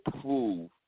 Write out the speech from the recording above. prove